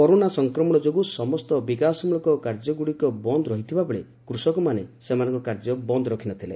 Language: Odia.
କରୋନା ସଂକ୍ରମଣ ଯୋଗୁଁ ସମସ୍ତ ବିକାଶମୂଳକ କାର୍ଯ୍ୟଗୁଡ଼ିକ ବନ୍ଦ ରହିଥିବା ବେଳେ କୃଷକମାନେ ସେମାନଙ୍କ କାର୍ଯ୍ୟ ବନ୍ଦ ରଖିନଥିଲେ